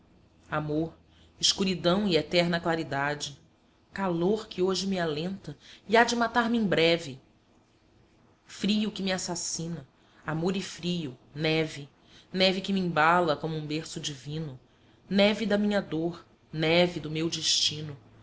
amor escuridão e eterna claridade calor que hoje me alenta e há de matar-me em breve frio que me assassina amor e frio neve neve que me embala como um berço divino neve da minha dor neve do meu destino